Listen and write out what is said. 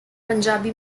punjabi